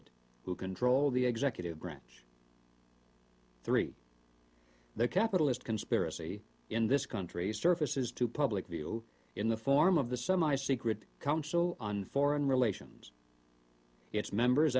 it who control the executive branch three the capitalist conspiracy in this country surfaces to public view in the form of the semi secret council on foreign relations its members